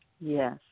Yes